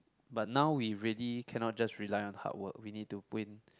but now we really cannot just rely on hardwork we need to put in